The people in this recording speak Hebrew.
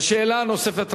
השאלה הנוספת,